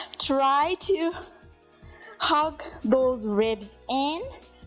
try to hug those ribs in,